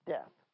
Death